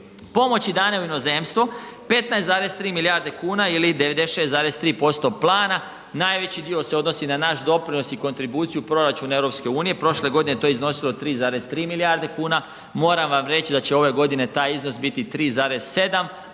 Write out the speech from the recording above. Pomoći dane u inozemstvo, 15,3 milijarde kuna ili 96,3 plana. Najveći dio se odnosi na naš doprinos i kontribuciju proračuna EU, prošle godine je to iznosilo 3,3 milijarde kuna, moram vam reći da će ove godine taj iznos biti 3,7 a